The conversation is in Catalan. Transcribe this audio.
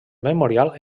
memorial